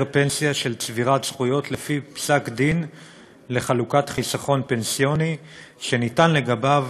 פנסיה של צבירת זכויות לפי פסק-דין לחלוקת חיסכון פנסיוני שניתן לגביו